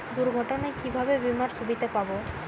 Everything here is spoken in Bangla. দুর্ঘটনায় কিভাবে বিমার সুবিধা পাব?